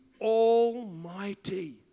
Almighty